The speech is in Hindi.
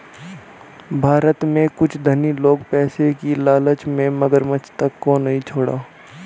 भारत में कुछ धनी लोग पैसे की लालच में मगरमच्छ तक को नहीं छोड़ा